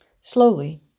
Slowly